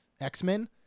x-men